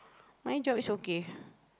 my job is okay